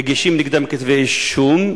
מגישים נגדם כתבי אישום,